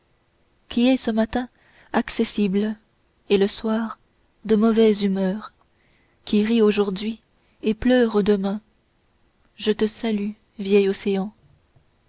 qui est ce matin accessible et ce soir de mauvaise humeur qui rit aujourd'hui et pleure demain je te salue vieil océan